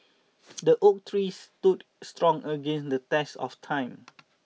the oak tree stood strong against the test of time